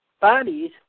bodies